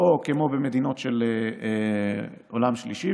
או כמו במדינות של עולם שלישי?